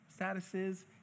statuses